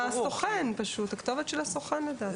הכתובת של הסוכן, לדעתי.